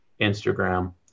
Instagram